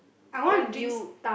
what you